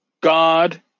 God